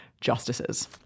justices